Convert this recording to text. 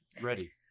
ready